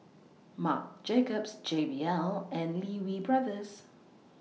Marc Jacobs J B L and Lee Wee Brothers